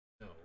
No